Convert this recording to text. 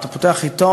אתה פותח עיתון,